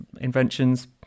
inventions